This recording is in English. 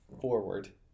forward